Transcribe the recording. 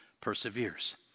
perseveres